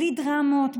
בלי דרמות,